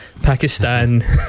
Pakistan